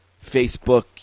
Facebook